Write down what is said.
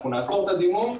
אנחנו נעצור את הדימום,